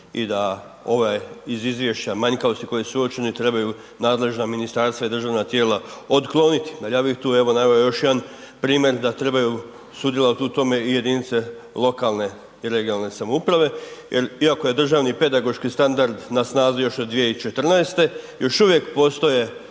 i da ove iz izvješća manjkavosti koje su uočene trebaju nadležna ministarstva i državna tijela otkloniti. Al ja bih tu evo naveo još jedan primjer da trebaju sudjelovat u tome i jedinice lokalne i regionalne samouprave jel iako je državni pedagoški standard na snazi još od 2014., još uvijek postoje